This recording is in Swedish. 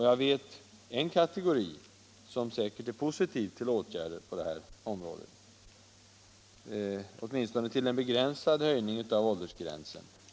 Jag vet en kategori som säkert är positiv till åtgärder på det här området, åtminstone till en begränsad höjning av åldersgränsen.